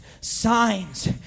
Signs